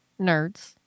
nerds